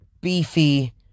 beefy